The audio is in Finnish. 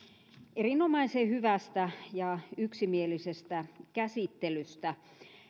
erinomaisen hyvästä ja yksimielisestä käsittelystä